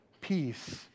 peace